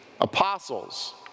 apostles